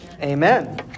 amen